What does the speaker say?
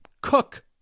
cook